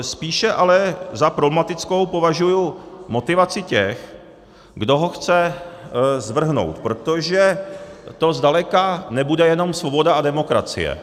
Spíše ale za problematickou považuji motivaci těch, kdo ho chce svrhnout, protože to zdaleka nebude jenom svoboda a demokracie.